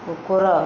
କୁକୁର